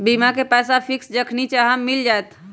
बीमा के पैसा फिक्स जखनि चाहम मिल जाएत?